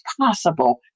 possible